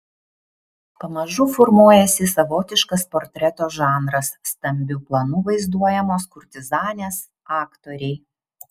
pamažu formuojasi savotiškas portreto žanras stambiu planu vaizduojamos kurtizanės aktoriai